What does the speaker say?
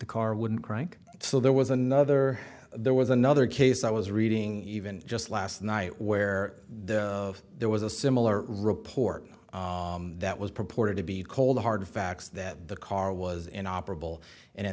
car wouldn't crank so there was another there was another case i was reading even just last night where the of there was a similar report that was purported to be cold hard facts that the car was in operable